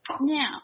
Now